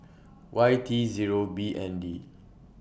Y T Zero B N D